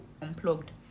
Unplugged